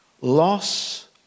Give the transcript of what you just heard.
Loss